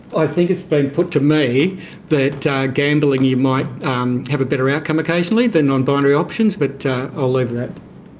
i think it's been put to me that gambling, you might um have a better outcome occasionally than on binary options, but i'll ah leave that.